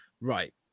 right